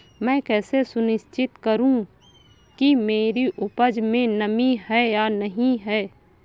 मैं कैसे सुनिश्चित करूँ कि मेरी उपज में नमी है या नहीं है?